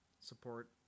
support